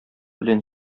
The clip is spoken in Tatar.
белән